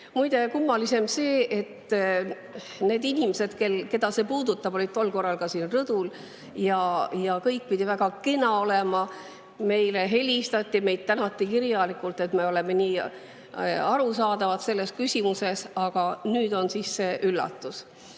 Muide, kummaline on see, et need inimesed, keda see puudutab, olid tol korral ka siin rõdul ja [nende jutu järgi] pidi kõik väga kena olema – meile helistati, meid tänati kirjalikult, et me oleme nii arusaavad selles küsimuses –, aga nüüd on siin see üllatus. Ma